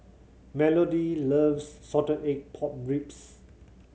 Melodee loves salted egg pork ribs